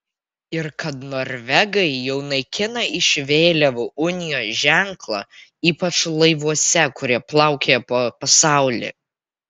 ir kad norvegai jau naikina iš vėliavų unijos ženklą ypač laivuose kurie plaukioja po pasaulį